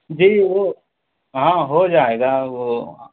جی وہ ہاں ہو جائے گا وہ